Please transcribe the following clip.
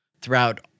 throughout